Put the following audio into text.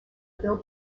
bill